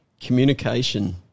communication